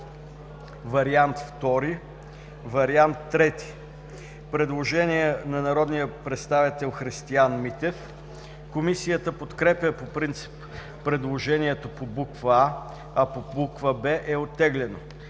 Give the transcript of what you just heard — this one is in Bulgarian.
Вариант II, Вариант III. Предложение на народния представител Христиан Митев. Комисията подкрепя по принцип предложението по буква „а“, а по буква „б“ е оттеглено.